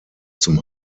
zum